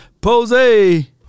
Posey